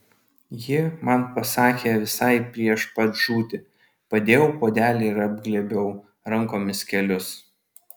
ji man pasakė visai prieš pat žūtį padėjau puodelį ir apglėbiau rankomis kelius